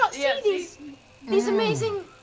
ah yeah these these amazing